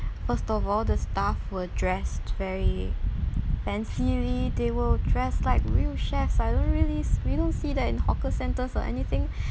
first of all the staff were dressed very fancily they will dress like real chefs I don't really s~ we don't see that in hawker centres or anything